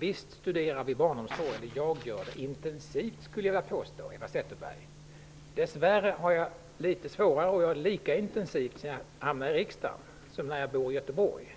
Visst studerar jag barnomsorgen -- intensivt, skulle jag vilja påstå, Eva Zetterberg. Dess värre har jag litet svårare att göra det lika intensivt sedan jag hamnade i riksdagen som när jag bor i Göteborg.